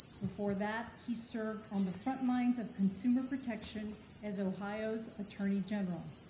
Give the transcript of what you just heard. before that, he served on the front lines of consumer protection as ohio's attorney general.